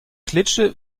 klitsche